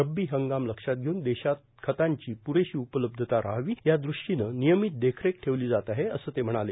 रब्बी हंगाम लक्षात घेऊन देशात खतांची पुरेशी उपलब्धता रहावी यादृष्टीने नियमित देखरेख ठेवली जात आहे असे ते म्हणाले